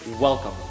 Welcome